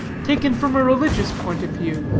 taken from a religious point of view,